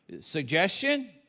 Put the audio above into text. suggestion